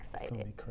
excited